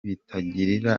bitangirira